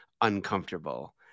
uncomfortable